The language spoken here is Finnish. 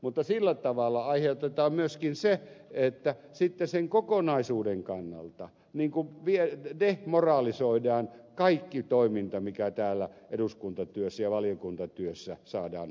mutta sillä tavalla aiheutetaan myöskin se että sitten sen kokonaisuuden kannalta demoralisoidaan kaikki toiminta mikä täällä eduskuntatyössä ja valiokuntatyössä saadaan aikaiseksi